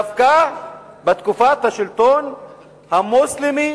שדווקא בתקופת השלטון המוסלמי,